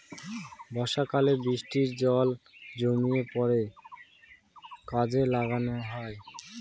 বর্ষাকালে বৃষ্টির জল জমিয়ে পরে কাজে লাগানো হয়